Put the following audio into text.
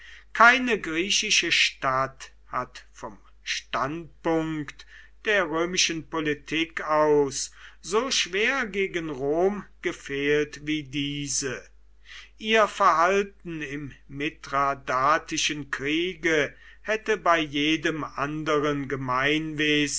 keine griechische stadt hat vom standpunkt der römischen politik aus so schwer gegen rom gefehlt wie diese ihr verhalten im mithradatischen kriege hätte bei jedem anderen gemeinwesen